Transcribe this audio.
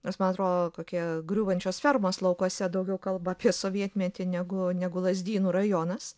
nes man atrodo kokie griūvančios fermos laukuose daugiau kalba apie sovietmetį negu negu lazdynų rajonas